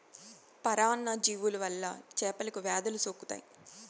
పరాన్న జీవుల వల్ల చేపలకు వ్యాధులు సోకుతాయి